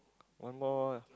one more